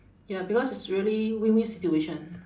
ya because it's really win win situation